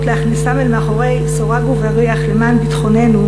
להכניסם אל מאחורי סורג ובריח למען ביטחוננו,